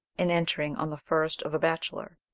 and entering on the first of a bachelor.